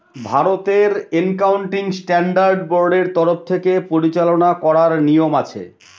ভারতের accounting standard বোর্ডের তরফ থেকে পরিচালনা করার নিয়ম আছে